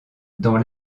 dans